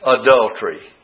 adultery